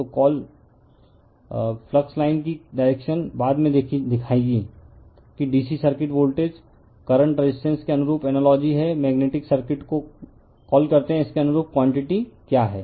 तो call flux line की direction बाद में दिखाएगी कि DC circuit voltage current resistance के अनुरूप है जो मेग्नेटिक सर्किट को कॉल करता है इसके अनुरूप क्वांटिटी क्या है